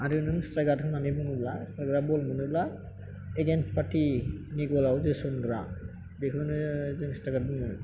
आरो नों स्ट्राइकार होननानै बुङोब्ला स्ट्राइकार आ बल बुनोब्ला एगैन्स पार्टि नि ग'ल आव जोस'नग्रा बेखौनो जोङो स्ट्राइकार बुङो